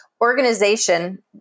organization